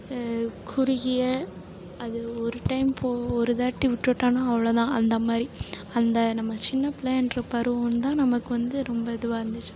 குறுகிய அது ஒரு டைம் போ ஒருவாட்டி விட்டுட்டோனால் அவ்வளோ தான் அந்த மாதிரி அந்த நம்ம சின்னப் பிள்ளேன்ற பருவந்தான் நமக்கு வந்து ரொம்ப இதுவாக இருந்துச்சு